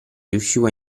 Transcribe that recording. riuscivo